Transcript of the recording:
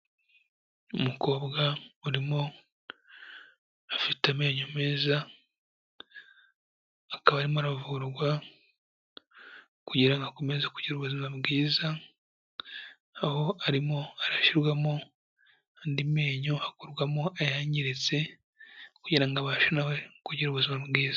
Umukobwa urimo afite amenyo meza, akaba arimo aravurwa kugira ngo akomeze kugira ubuzima bwiza, aho arimo arashyirwamo andi menyo, akurwamo ayangiritse, kugira ngo abashe nawe kugira ubuzima bwiza.